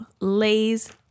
Lay's